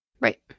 Right